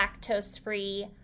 lactose-free